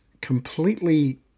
completely